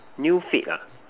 new fate ah